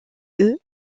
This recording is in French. eut